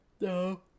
No